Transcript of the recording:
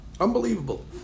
Unbelievable